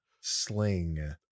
Sling